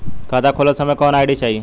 खाता खोलत समय कौन आई.डी चाही?